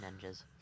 ninjas